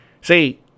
See